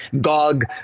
Gog